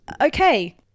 okay